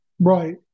right